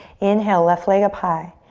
inhale, left leg up high.